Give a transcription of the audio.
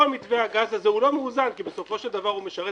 כל מתווה הגז הזה הוא לא מאוזן כי בסופו של דבר הוא משרת